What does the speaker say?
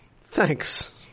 thanks